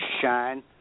shine